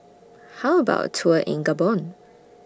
How about A Tour in Gabon